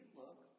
look